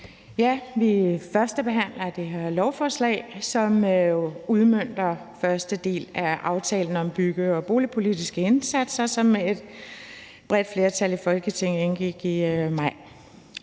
Vi førstebehandler det her lovforslag, som udmønter første del af aftalen om bygge- og boligpolitiske indsatser, som et bredt flertal i Folketinget indgik i maj